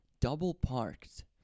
double-parked